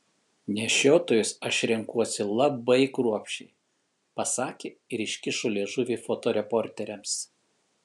nešiotojus aš renkuosi labai kruopščiai pasakė ir iškišo liežuvį fotoreporteriams